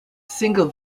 single